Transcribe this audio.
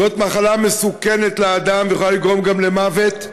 זאת מחלה מסוכנת לאדם, ויכולה לגרום גם למוות,